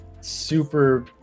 super